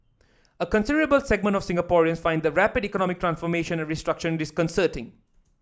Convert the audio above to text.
a considerable segment of Singaporeans find the rapid economic transformation and restructuring disconcerting